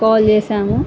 call చేసాము